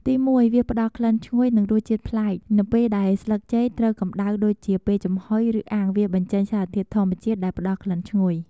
ទីមួយ វាផ្តល់ក្លិនឈ្ងុយ និងរសជាតិប្លែក នៅពេលដែលស្លឹកចេកត្រូវកម្តៅដូចជាពេលចំហុយឬអាំង វាបញ្ចេញសារធាតុធម្មជាតិដែលផ្តល់ក្លិនឈ្ងុយ។